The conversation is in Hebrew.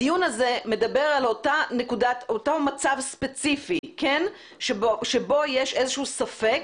הדיון הזה מדבר על אותו מצב ספציפי שבו יש איזה שהוא ספק,